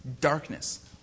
darkness